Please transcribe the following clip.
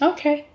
Okay